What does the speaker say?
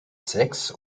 sechs